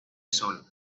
sol